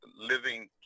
living